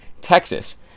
texas